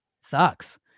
sucks